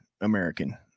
American